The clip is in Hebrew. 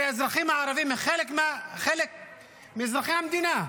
הרי האזרחים הערבים הם חלק מאזרחי המדינה.